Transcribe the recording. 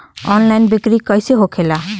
Online बिक्री कैसे होखेला?